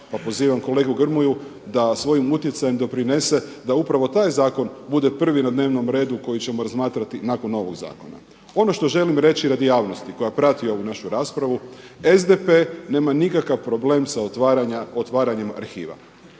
pozivam kolegu Grmoju da svojim utjecajem doprinese da upravo taj zakon bude prvi na dnevnom redu koji ćemo razmatrati nakon ovog zakona. Ono što želim reći radi javnosti koja prati ovu našu raspravu, SDP nema nikakav problem sa otvaranjem arhiva.